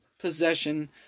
possession